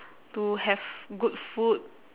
to have good food